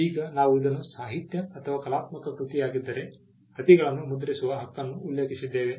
ಈಗ ನಾವು ಇದನ್ನು ಸಾಹಿತ್ಯ ಅಥವಾ ಕಲಾತ್ಮಕ ಕೃತಿಯಾಗಿದ್ದರೆ ಪ್ರತಿಗಳನ್ನು ಮುದ್ರಿಸುವ ಹಕ್ಕನ್ನು ಉಲ್ಲೇಖಿಸಿದ್ದೇವೆ